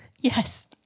Yes